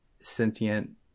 sentient